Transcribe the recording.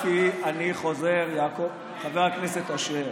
אני חוזר, חבר הכנסת אשר,